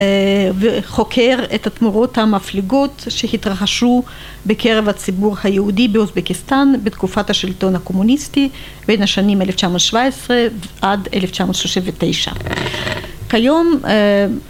וחוקר את התמורות המפלגות שהתרחשו בקרב הציבור היהודי באוסטבקיסטן בתקופת השלטון הקומוניסטי בין השנים אלף תשע מאות שבע עשרה עד אלף תשע מאות שלושת ותשע כיום